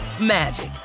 magic